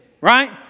right